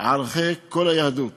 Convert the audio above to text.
ערכי כל היהדות